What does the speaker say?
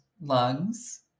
lungs